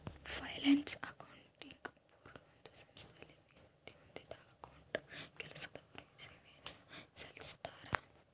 finance accounting board ಒಂದು ಸಂಸ್ಥೆಯಲ್ಲಿ ನಿವೃತ್ತಿ ಹೊಂದಿದ್ದ ಅಕೌಂಟೆಂಟ್ ಕೆಲಸದವರು ಸೇವೆಯನ್ನು ಸಲ್ಲಿಸ್ತರ